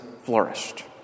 flourished